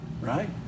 right